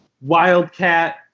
wildcat